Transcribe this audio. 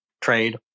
trade